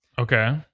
Okay